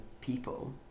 people